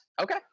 Okay